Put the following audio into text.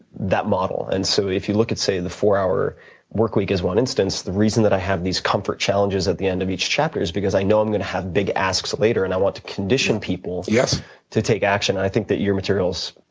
that model. and so if you look at say the four hour work week is one instance. the reason that i have these comfort challenges at the end of each chapter is because i know i'm going to have big asks later, and i want to condition people to take action. and i think that your materials,